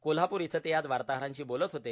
कोल्हापूर इथं ते आज वार्ताहरांशी बोलत होते